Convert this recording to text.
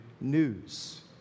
news